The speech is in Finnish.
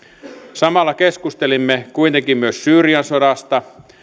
samalla keskustelimme kuitenkin myös syyrian sodasta